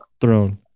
throne